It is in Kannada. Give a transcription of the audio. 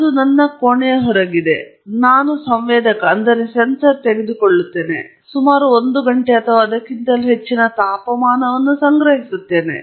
ಅದು ನನ್ನ ಕೋಣೆಯ ಹೊರಗಿದೆ ನಾನು ಸಂವೇದಕವನ್ನು ತೆಗೆದುಕೊಳ್ಳುತ್ತೇನೆ ಮತ್ತು ಸುಮಾರು ಒಂದು ಗಂಟೆ ಅಥವಾ ಅದಕ್ಕಿಂತಲೂ ಹೆಚ್ಚಿನ ತಾಪಮಾನವನ್ನು ಸಂಗ್ರಹಿಸುತ್ತೇವೆ